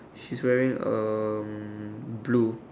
she's wearing um blue